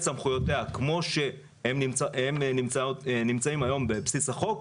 סמכויותיה כמו שהם נמצאים היום בבסיס החוק,